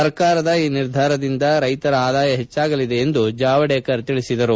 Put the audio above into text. ಸರ್ಕಾರದ ಈ ನಿರ್ಧಾರದಿಂದ ರೈತರ ಆದಾಯ ಹೆಚ್ಚಾಗಲಿದೆ ಎಂದು ಜಾವಡೇಕರ್ ಹೇಳಿದರು